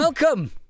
Welcome